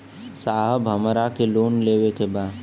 साहब हमरा के लोन लेवे के बा